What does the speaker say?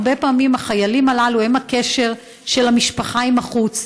הרבה פעמים החיילים הללו הם הקשר של המשפחה עם החוץ.